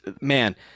man